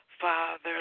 Father